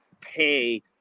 pay